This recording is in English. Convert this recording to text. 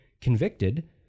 convicted